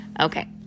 Okay